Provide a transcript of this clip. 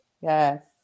Yes